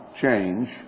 change